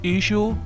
Issue